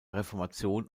reformation